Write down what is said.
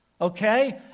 okay